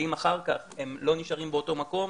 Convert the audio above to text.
ואם אחר כך הם לא נשארים באותו מקום,